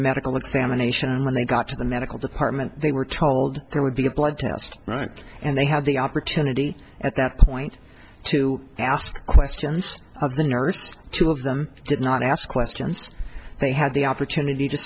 a medical examination when they got to the medical department they were told there would be a blood test right and they had the opportunity at that point to ask questions of the nurse two of them did not ask questions they had the opportunity to